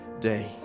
day